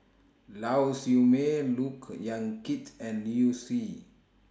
Lau Siew Mei Look Yan Kit and Liu Si